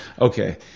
okay